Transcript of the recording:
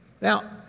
Now